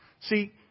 See